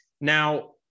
Now